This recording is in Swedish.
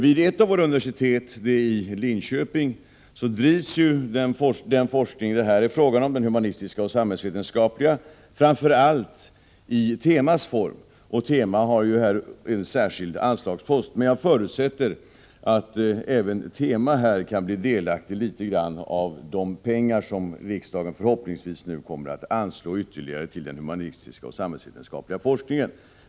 Vid ett av våra universitet, det i Linköping, bedrivs den forskning det här är fråga om framför allt i temaform, och tema har en särskild anslagspost. Men jag förutsätter att även temaforskningen kan bli delaktig litet grand av de pengar som riksdagen förhoppningsvis nu kommer att anslå ytterligare till den humanistiska och samhällsvetenskapliga forskningen.